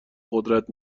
قدرت